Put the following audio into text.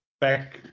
back